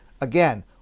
again